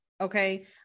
Okay